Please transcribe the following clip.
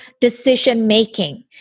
decision-making